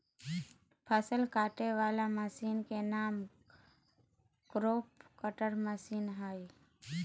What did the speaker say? फसल काटे वला मशीन के नाम क्रॉप कटर मशीन हइ